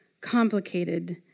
complicated